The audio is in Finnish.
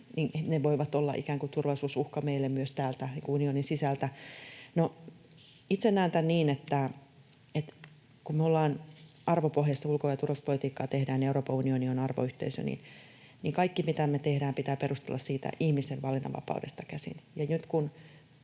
ikään kuin turvallisuusuhka meille myös täältä unionin sisältä. No, itse näen tämän niin, että kun me arvopohjaista ulko- ja turvallisuuspolitiikkaa tehdään ja Euroopan unioni on arvoyhteisö, niin kaikki, mitä me tehdään, pitää perustella siitä ihmisten valinnanvapaudesta käsin.